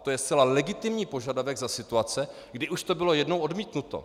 To je zcela legitimní požadavek za situace, kdy už to bylo jednou odmítnuto.